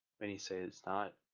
many say it's not,